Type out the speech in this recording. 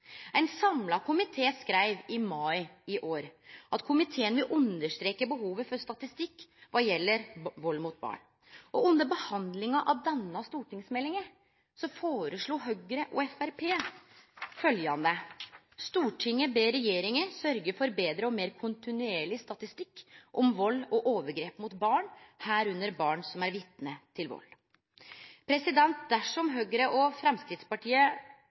samla komité skreiv i mai i år: «Komiteen vil understreke behovet for statistikk hva gjelder vold mot barn.» Under behandlinga av stortingsmeldinga foreslo Høgre og Framstegspartiet følgjande: «Stortinget ber regjeringen sørge for bedre og mer kontinuerlig statistikk om vold og overgrep mot barn, herunder barn som vitne til vold.» Dersom Høgre og